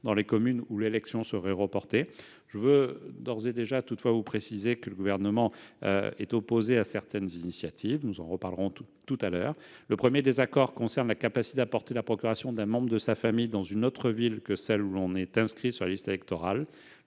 dans les communes où l'élection serait reportée. Je veux en revanche d'ores et déjà confirmer que le Gouvernement est opposé à certaines initiatives- nous en reparlerons tout à l'heure. Notre premier désaccord concerne la faculté de porter la procuration d'un membre de sa famille dans une autre ville que celle où l'on est inscrit sur les listes électorales.